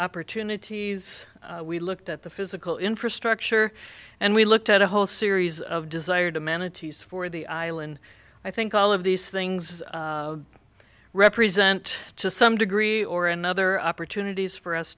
opportunities we looked at the physical infrastructure and we looked at a whole series of desired amenities for the island i think all of these things represent to some degree or another opportunities for us